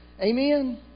Amen